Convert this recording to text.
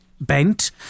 bent